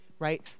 Right